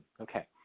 Okay